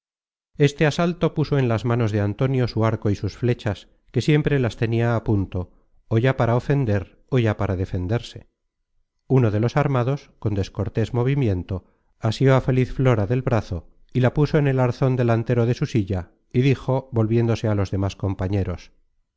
este asalto puso en las manos de antonio su arco y sus flechas que siempre las tenia á punto ó ya para ofender ó ya para defenderse uno de los armados con descortés movimiento asió á feliz flora del brazo y la puso en el arzon delantero de su silla y dijo volviéndose á los demas compañeros